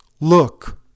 Look